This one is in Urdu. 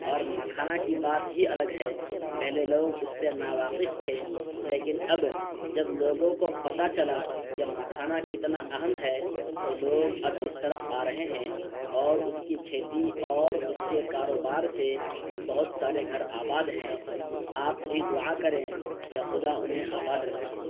اور مکھانا کی بات ہی الگ ہے پہلے لوگ اس سے ناواقف تھے لیکن اب جب لوگوں کو پتا چلا کہ مکھانا کتنا اہم ہے تو لوگ اب اس طرف آ رہے ہیں اور اس کی کھیتی اور اس کے کاروبار سے بہت سارے گھر آباد ہیں آپ بھی دعا کریں کہ خدا انہیں آباد رکھے